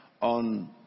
on